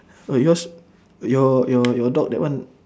oh yours your your your dog that one